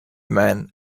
man